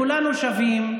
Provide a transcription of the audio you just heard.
כולנו שווים.